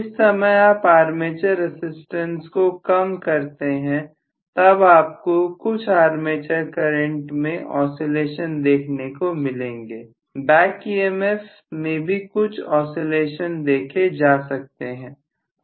जिस समय आप आर्मेचर रसिस्टेंस को कम करते हैं तब आपको कुछ आर्मेचर करंट में ऑसीलेशन देखने को मिलेंगे बैक EMF में भी कुछ ऑसीलेशन देखे जा सकते हैं